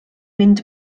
mynd